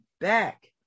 back